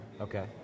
Okay